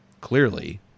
clearly